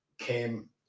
Came